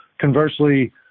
conversely